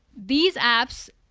these apps,